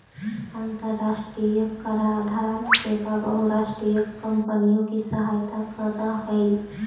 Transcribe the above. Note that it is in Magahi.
अन्तराष्ट्रिय कराधान सेवा बहुराष्ट्रीय कॉम्पनियों की सहायता करअ हई